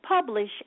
publish